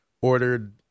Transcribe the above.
ordered